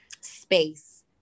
space